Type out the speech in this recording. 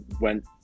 went